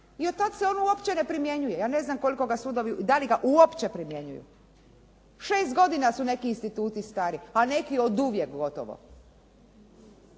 i od tad se on uopće ne primjenjuje. Ja ne znam koliko ga sudovi, da li ga uopće primjenjuju. 6 godina su neki instituti stari, a neki oduvijek gotovo.